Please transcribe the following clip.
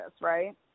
right